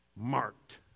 marked